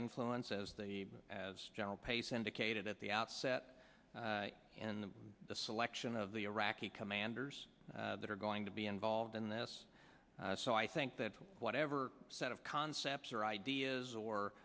influence as the as general pace indicated at the outset and the selection of the iraqi commanders that are going to be involved in this so i think that whatever set of concepts or ideas or